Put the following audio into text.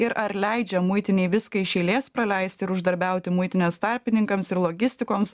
ir ar leidžia muitinei viską iš eilės praleist ir uždarbiauti muitinės tarpininkams ir logistikoms